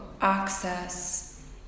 access